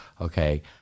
okay